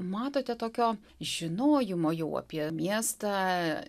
matote tokio žinojimo jau apie miestą